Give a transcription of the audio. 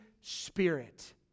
spirit